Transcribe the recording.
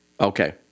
okay